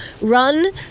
run